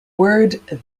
word